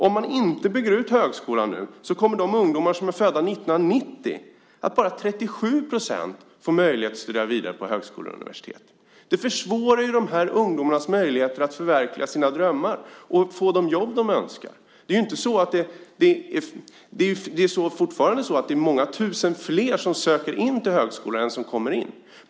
Om man inte bygger ut högskolan nu kommer bara 37 % av de ungdomar som är födda 1990 att få möjlighet att studera vidare på högskola och universitet. Det försvårar ju de här ungdomarnas möjligheter att förverkliga sina drömmar och få de jobb de önskar. Det är fortfarande många tusen flera som söker till högskolan än vad som kommer in.